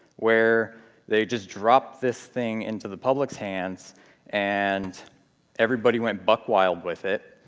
where they just dropped this thing into the public's hands and everybody went buck-wild with it.